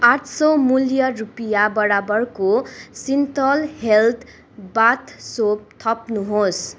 आठ सय मूल्य रुपियाँ बराबरको सिन्थोल हेल्थ बाथ सोप थप्नुहोस्